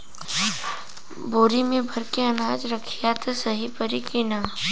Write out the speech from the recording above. बोरी में भर के अनाज रखायी त सही परी की ना?